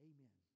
Amen